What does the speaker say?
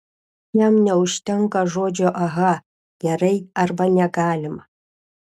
jam neužtenka žodžio aha gerai arba negalima